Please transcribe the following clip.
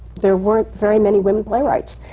there weren't very many women playwrights.